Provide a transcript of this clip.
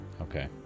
Okay